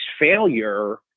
failure